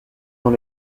dans